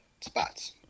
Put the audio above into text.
spots